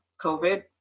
COVID